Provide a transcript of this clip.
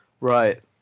Right